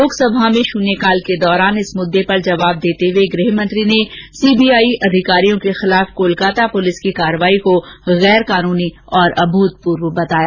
लोकसभा में शून्यकाल के दौरान इस मुद्दे पर जवाब देते हुए गृहमंत्री ने सीबीआईें अधिकारियों के खिलाफ कोलकाता पुलिस की कार्रवाई को गैरकानुनी और अभुतपुर्व बताया